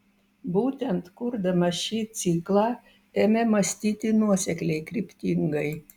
būtent kurdamas šį ciklą ėmė mąstyti nuosekliai kryptingai